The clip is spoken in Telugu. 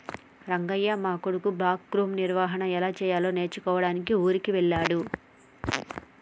రంగయ్య మా కొడుకు బ్లాక్గ్రామ్ నిర్వహన ఎలా సెయ్యాలో నేర్చుకోడానికి ఊరికి వెళ్ళాడు